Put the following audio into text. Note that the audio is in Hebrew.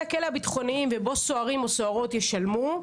הכלא הביטחוניים ובו סוהרים או סוהרות ישלמו,